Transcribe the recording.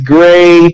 Gray